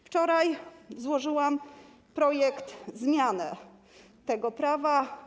Wczoraj złożyłam projekt zmiany tego prawa.